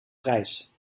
prijs